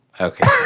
Okay